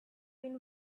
been